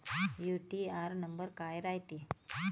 UTR number काय रायते?